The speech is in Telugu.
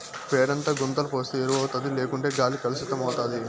పేడంతా గుంతల పోస్తే ఎరువౌతాది లేకుంటే గాలి కలుసితమైతాది